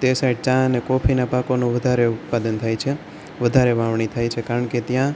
તે સાઈડ ચા અને કોફીના પાકોનું વધારે ઉત્પાદન થાય છે વધારે વાવણી થાય છે કારણ કે ત્યાં